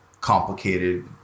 complicated